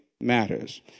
matters